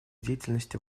деятельности